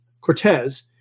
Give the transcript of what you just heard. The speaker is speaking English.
Cortez